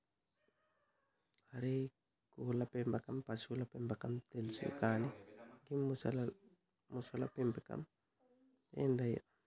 అరే కోళ్ళ పెంపకం పశువుల పెంపకం తెలుసు కానీ గీ మొసళ్ల పెంపకం ఏందయ్య